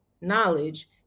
knowledge